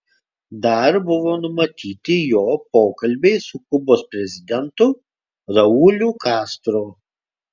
dar buvo numatyti jo pokalbiai su kubos prezidentu rauliu castro